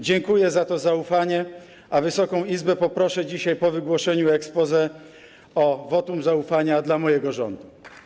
Dziękuję za to zaufanie, a Wysoką Izbę poproszę dzisiaj po wygłoszeniu exposé o wotum zaufania dla mojego rządu.